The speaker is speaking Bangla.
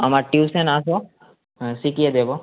আমার টিউশন এসো হ্যাঁ শিখিয়ে দেবো